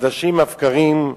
חדשות לבקרים,